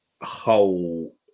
whole